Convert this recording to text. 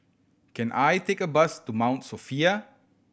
can I take a bus to Mount Sophia